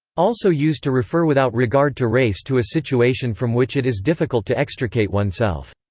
also used to refer without regard to race to a situation from which it is difficult to extricate oneself.